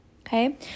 okay